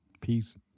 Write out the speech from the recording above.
Peace